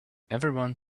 everyone